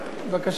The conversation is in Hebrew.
בבקשה.